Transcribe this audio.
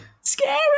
Scary